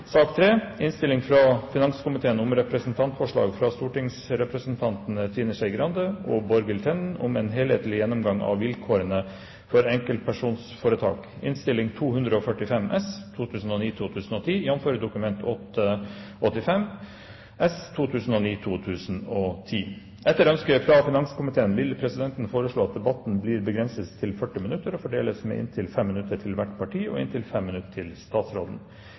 sak nr. 1 er avsluttet. Etter ønske fra finanskomiteen vil presidenten foreslå at sakene nr. 2 og 3 behandles under ett. – Det anses vedtatt. Etter ønske fra finanskomiteen vil presidenten foreslå at debatten blir begrenset til 40 minutter og fordeles med inntil 5 minutter til hvert parti og inntil 5 minutter til statsråden.